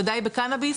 בוודאי בקנאביס,